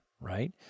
right